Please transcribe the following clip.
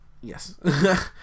Yes